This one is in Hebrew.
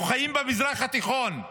אנחנו חיים במזרח התיכון.